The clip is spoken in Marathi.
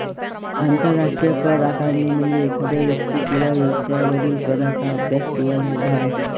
आंतरराष्ट्रीय कर आकारणी म्हणजे एखाद्या व्यक्ती किंवा व्यवसायावरील कराचा अभ्यास किंवा निर्धारण